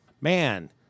Man